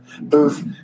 booth